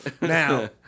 Now